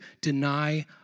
deny